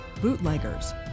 bootleggers